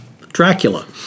Dracula